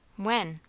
when?